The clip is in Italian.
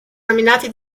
nominati